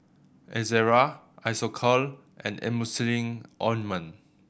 Ezerra Isocal and Emulsying Ointment